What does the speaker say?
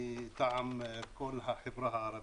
מטעם כל החברה הערבית,